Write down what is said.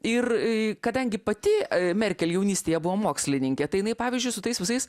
ir kadangi pati merkel jaunystėje buvo mokslininkė tai jinai pavyzdžiui su tais visais